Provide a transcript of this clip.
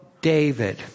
David